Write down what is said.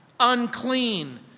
unclean